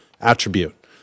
attribute